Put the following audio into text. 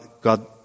God